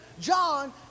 John